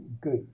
good